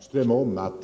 Herr talman! Jag håller med Rune Ångström om